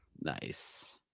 Nice